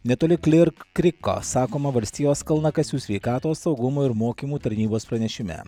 netoli klirk kriko sakoma valstijos kalnakasių sveikatos saugumo ir mokymų tarnybos pranešime